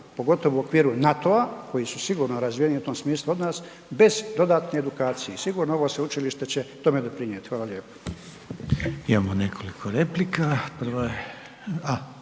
pogotovo u okviru NATO-a koji su sigurno razvijeniji u tom smislu od nas, bez dodatne edukacije i sigurno ovo Sveučilište će tome doprinijeti. Hvala lijepo.